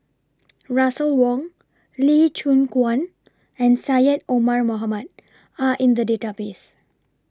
Russel Wong Lee Choon Guan and Syed Omar Mohamed Are in The Database